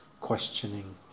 Questioning